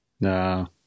No